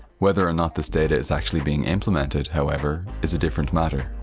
whether or not this data is actually being implemented, however, is a different matter.